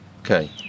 Okay